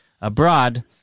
abroad